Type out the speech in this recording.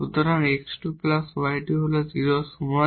সুতরাং এটি x2 y2 হল 0 এর সমান